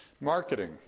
Marketing